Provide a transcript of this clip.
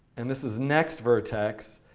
and this is next vertex.